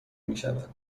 میشود